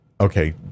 Okay